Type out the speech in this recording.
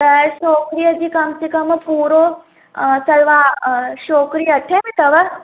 तव्हांजे छोकिरीअ जी कम से कम पूरो सलवार छोकिरी अठे में अथव